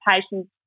patients